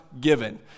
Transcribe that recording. given